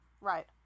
Right